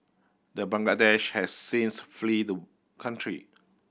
the Bangladeshi has since flee the country